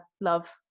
love